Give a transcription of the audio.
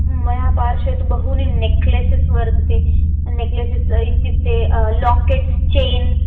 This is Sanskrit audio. मया पार्श्वे तु बहूनि नेक्लेसस् वर्तते नेक्लेसस् इत्युक्ते लोकेट्स् चेन्